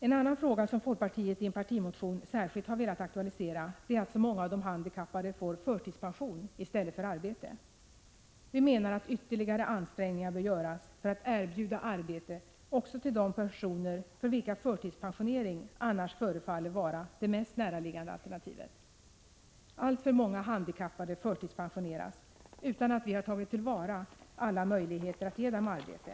En annan fråga som folkpartiet i en partimotion särskilt har velat aktualisera är att så många av de handikappade får förtidspension i stället för arbete. Vi menar att ytterligare ansträngningar bör göras för att erbjuda arbete också till de personer för vilka förtidspensionering annars förefaller vara det mest näraliggande alternativet. Alltför många handikappade förtidspensioneras utan att vi har tagit till vara alla möjligheter att ge dem arbete.